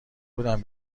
بودم